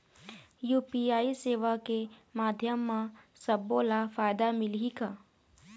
UPI सेवा के माध्यम म सब्बो ला फायदा मिलही का?